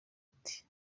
ati